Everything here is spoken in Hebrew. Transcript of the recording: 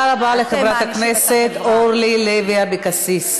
תודה רבה לחברת הכנסת אורלי לוי אבקסיס.